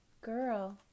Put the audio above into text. girl